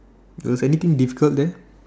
was anything difficult there